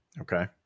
Okay